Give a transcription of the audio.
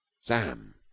Sam